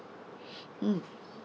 mm